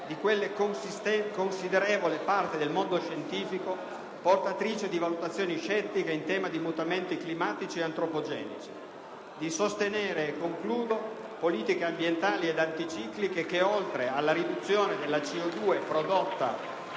di quella considerevole parte del mondo scientifico portatrice di valutazioni scettiche in tema di mutamenti climatici ed antropogenici; di sostenere politiche ambientali ed anticicliche che, oltre alla riduzione della CO2 prodotta